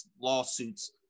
lawsuits